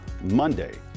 Monday